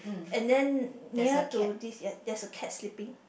and then near to this there is a cat sleeping